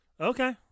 Okay